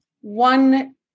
one